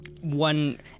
One